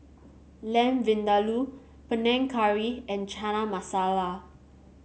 Lamb Vindaloo Panang Curry and Chana Masala